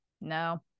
No